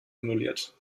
annulliert